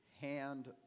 hand